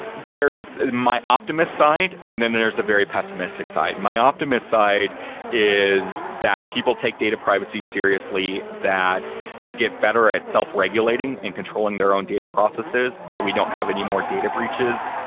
there's my optimist side and then there's a very pessimistic side. my optimist side is that people take data privacy seriously that they get better at self-regulating and controlling their own data processes that we don't have any more data breaches,